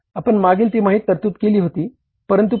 आपण मागील तिमाहीत तरतूद केली होती